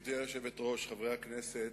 גברתי היושבת-ראש, חברי הכנסת,